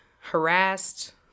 harassed